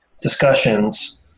discussions